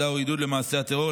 אהדה או עידוד למעשה הטרור,